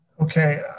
Okay